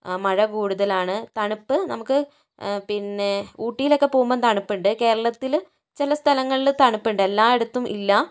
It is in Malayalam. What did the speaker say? മഴ കൂടുതലാണ് തണുപ്പ് നമുക്ക് പിന്നെ ഊട്ടിയിലൊക്കെ പോകുമ്പോൾ തണുപ്പുണ്ട് കേരളത്തിൽ ചില സ്ഥലങ്ങളിൽ തണുപ്പുണ്ട് എല്ലായിടത്തും ഇല്ല